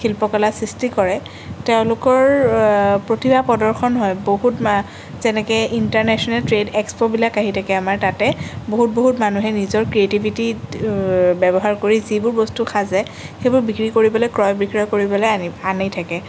শিল্পকলা সৃষ্টি কৰে তেওঁলোকৰ প্ৰতিভা প্ৰদৰ্শন হয় বহুত যেনেকে ইণ্টাৰনেশ্যনেল ট্ৰেড এক্সপ'বিলাক আহি থাকে আমাৰ তাতে বহুত বহুত মানুহে নিজৰ ক্ৰিয়েটিভিটি ব্যৱহাৰ কৰি যিবোৰ বস্তু সাজে সেইবোৰ বিক্ৰী কৰিবলৈ ক্ৰয় বিক্ৰয় কৰিবলৈ আনি আনি থাকে